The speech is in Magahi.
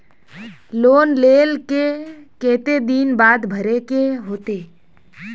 लोन लेल के केते दिन बाद भरे के होते?